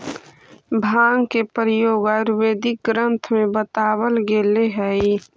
भाँग के प्रयोग आयुर्वेदिक ग्रन्थ में बतावल गेलेऽ हई